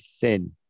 thin